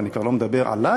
ואני כבר לא מדבר עלי,